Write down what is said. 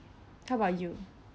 how about you